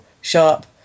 sharp